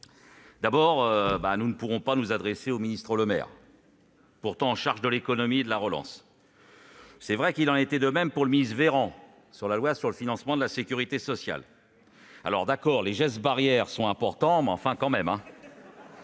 d'abord, nous ne pourrons pas nous adresser au ministre Le Maire, qui est pourtant chargé de l'économie et de la relance. Il est vrai qu'il en a été de même du ministre Véran pour la loi de financement de la sécurité sociale. D'accord, les gestes barrières sont importants, mais quand même !